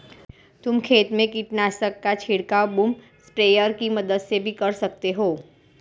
तुम खेत में कीटनाशक का छिड़काव बूम स्प्रेयर की मदद से भी कर सकते हो